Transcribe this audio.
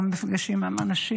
ובמפגשים עם האנשים